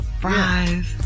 fries